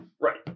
Right